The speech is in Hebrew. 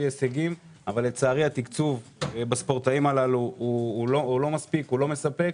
הישגים אבל לצערי התקצוב בספורטאים הללו לא מספק.